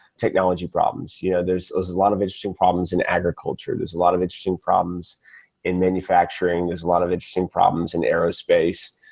technology problems. yeah there's a lot of interesting problems in agriculture. there's a lot of interesting problems in manufacturing. there's a lot of interesting problems in aerospace,